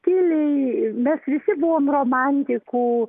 stiliai nei mes visi buvome romantikų